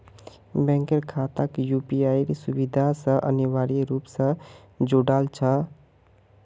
बैंकेर खाताक यूपीआईर सुविधा स अनिवार्य रूप स जोडाल जा छेक